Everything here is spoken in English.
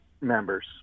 members